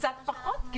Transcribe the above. אני